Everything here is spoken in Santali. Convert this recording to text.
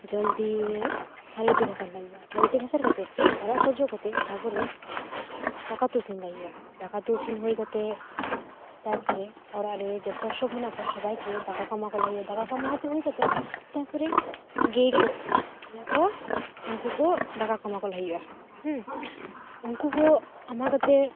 ᱡᱚᱞᱫᱤᱭᱮ ᱛᱷᱟᱹᱨᱤ ᱵᱟᱹᱴᱤ ᱜᱷᱟᱥᱟ ᱞᱟᱦᱟ ᱦᱩᱭᱩᱜᱼᱟ ᱛᱷᱟᱹᱨᱤ ᱵᱟᱹᱴᱤ ᱜᱷᱟᱥᱟᱨ ᱠᱟᱛᱮᱫ ᱚᱲᱟᱜ ᱠᱚ ᱡᱚᱜᱽ ᱠᱟᱛᱮ ᱛᱟᱯᱚᱨᱮ ᱫᱟᱠᱟ ᱩᱛᱩ ᱤᱥᱤᱱ ᱞᱟᱦᱟ ᱦᱩᱭᱩᱜᱼᱟ ᱫᱟᱠᱟ ᱩᱛᱩ ᱤᱥᱤᱱ ᱦᱩᱭ ᱠᱟᱛᱮ ᱛᱟᱯᱚᱨᱮ ᱚᱲᱟᱜ ᱨᱮ ᱡᱚᱛᱚᱥᱚᱵ ᱢᱮᱱᱟᱜ ᱠᱚᱣᱟ ᱥᱚᱵᱟᱭᱠᱮ ᱫᱟᱠᱟ ᱠᱚ ᱮᱢᱟ ᱠᱚ ᱞᱟᱭ ᱦᱩᱭᱩᱜᱼᱟ ᱫᱟᱠᱟ ᱠᱚ ᱮᱢᱟ ᱞᱟ ᱠᱚ ᱦᱩᱭ ᱠᱟᱛᱮ ᱛᱟᱯᱚᱨᱮ ᱜᱮᱭ ᱠᱚ ᱢᱮᱱᱟᱜ ᱠᱚᱣᱟ ᱩᱱᱠᱩ ᱠᱚ ᱫᱟᱠᱟ ᱠᱚ ᱮᱢᱟ ᱠᱚ ᱞᱟᱭ ᱦᱩᱭᱩᱜᱼᱟ ᱩᱱᱠᱩ ᱠᱚ ᱮᱢᱟ ᱠᱟᱛᱮ